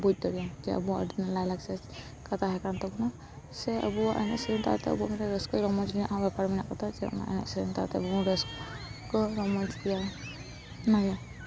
ᱵᱩᱡᱽ ᱫᱟᱲᱮᱭᱟᱜ ᱟᱢ ᱞᱟᱭᱞᱟᱠᱪᱟᱨ ᱪᱮᱫ ᱞᱮᱠᱟ ᱛᱟᱦᱮᱸ ᱠᱟᱱ ᱛᱟᱵᱚᱱᱟ ᱥᱮ ᱟᱵᱚᱭᱟᱜ ᱮᱱᱮᱡ ᱥᱮᱨᱮᱧ ᱫᱚ ᱟᱫᱚ ᱟᱵᱚᱭᱟᱜ ᱢᱤᱫᱴᱟᱝ ᱨᱟᱹᱥᱠᱟᱹ ᱡᱚᱝ ᱢᱚᱡᱽ ᱨᱮᱱᱟᱜ ᱦᱚᱸ ᱵᱮᱯᱟᱨ ᱢᱮᱱᱟᱜᱼᱟ ᱟᱠᱟᱫᱟ ᱡᱮ ᱚᱱᱟ ᱮᱱᱮᱡ ᱥᱮᱨᱮᱧ ᱛᱟᱞᱟ ᱛᱮᱜᱮ ᱟᱵᱚ ᱵᱚ ᱨᱟᱹᱥᱠᱟᱹ ᱨᱚᱢᱚᱡᱽ ᱜᱮᱭᱟ ᱤᱱᱟᱹ ᱜᱮ